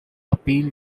appeal